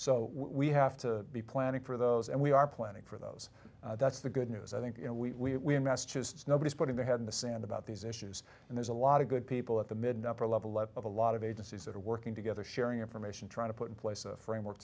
so we have to be planning for those and we are planning for those that's the good news i think you know we just nobody's putting their head in the sand about these issues and there's a lot of good people at the mid upper level of a lot of agencies that are working together sharing information trying to put in place a framework